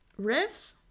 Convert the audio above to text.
riffs